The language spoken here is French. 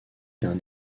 d’un